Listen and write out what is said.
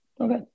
Okay